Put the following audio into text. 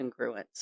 congruence